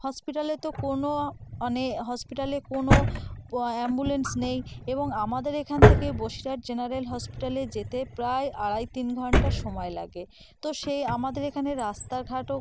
হসপিটালে তো কোনো অনে হসপিটালে কোনো প অ্যাম্বুলেন্স নেই এবং আমাদের এখান থেকে বসিরহাট জেনারেল হসপিটালে যেতে প্রায় আড়াই তিন ঘন্টা সময় লাগে তো সে আমাদের এখানে রাস্তাঘাটও